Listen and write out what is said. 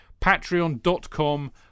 Patreon.com